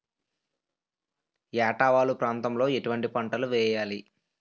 ఏటా వాలు ప్రాంతం లో ఎటువంటి పంటలు వేయాలి?